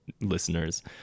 listeners